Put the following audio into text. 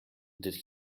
did